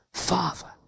father